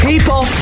People